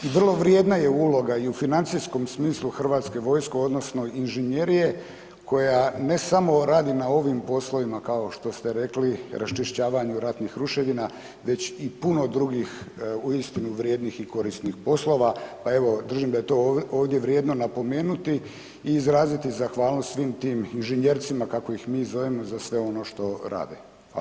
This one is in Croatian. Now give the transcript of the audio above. I vrlo je vrijedna uloga i u financijskom smislu Hrvatske vojske odnosno inženjerije koja ne samo radi na ovim poslovima kao što ste rekli raščišćavanju ratnih ruševina već i puno drugih uistinu vrijedni i korisnih poslova, pa evo držim da je to vrijedno napomenuti i izraziti zahvalnost svim tim inženjecima kako ih mi zovemo za sve ono što rade.